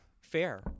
fair